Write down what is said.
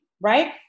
right